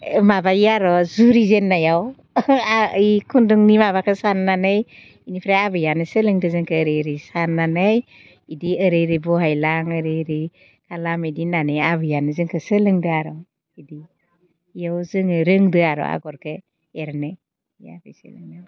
माबायो आरो जुरि जेननायाव बे खुन्दुंनि माबाखौ साननानै बेनिफ्राय आबैयानो सोलोंदों जोंखौ ओरै ओरै साननानै बिदि ओरै ओरै बहायलां ओरै ओरै खालाम बिदि होननानै आबैयानो जोंखो सोलोंदो आरो बिदि बेयाव जोङो रोंदो आरो आगरखौ एरनो बे आबै सोलोंनायाव